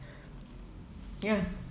ya